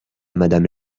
madame